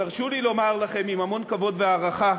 תרשו לי לומר לכם, עם המון כבוד והערכה,